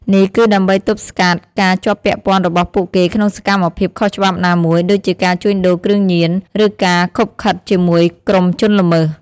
នេះគឺដើម្បីទប់ស្កាត់ការជាប់ពាក់ព័ន្ធរបស់ពួកគេក្នុងសកម្មភាពខុសច្បាប់ណាមួយ ដូចជាការជួញដូរគ្រឿងញៀន ឬការឃុបឃិតជាមួយក្រុមជនល្មើស។